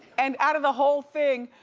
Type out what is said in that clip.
and out of the whole thing,